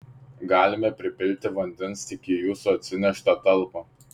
galime pripilti vandens tik į jūsų atsineštą talpą